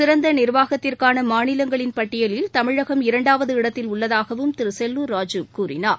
சிறந்தநிர்வாகத்திற்கானமாநிலங்களின் பட்டியலில் தமிழகம் இரண்டாவது இடத்தில் உள்ளதாகவும் திருசெல்லூர் ராஜூ கூறினார்